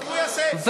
תישאר,